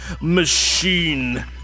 machine